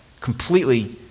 completely